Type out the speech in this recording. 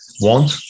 want